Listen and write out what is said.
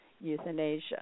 euthanasia